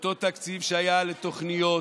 אותו תקציב שהיה לתוכניות,